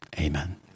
Amen